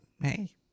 Hey